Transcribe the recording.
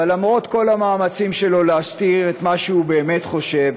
אבל למרות כל המאמצים שלו להסתיר את מה שהוא באמת חושב,